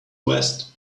vest